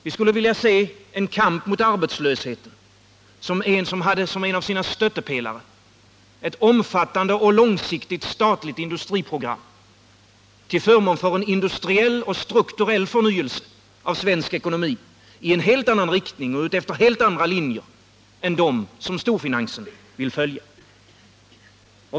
Vi skulle vilja se den föra en kamp mot arbetslösheten, vi skulle önska att den som en av sina stöttepelare hade ett omfattande och långsiktigt statligt industriprogram till förmån för en industriell och strukturell förnyelse av den svenska ekonomin i helt annan riktning och efter helt andra linjer än dem som storfinansen vill följa.